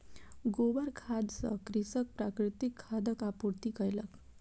गोबर खाद सॅ कृषक प्राकृतिक खादक आपूर्ति कयलक